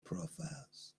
profiles